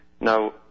Now